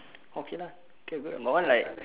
okay lah K good my one like